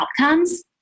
outcomes